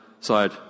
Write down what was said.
side